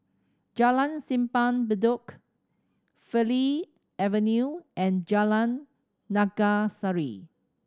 Jalan Simpang Bedok Farleigh Avenue and Jalan Naga Sari